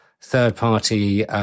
third-party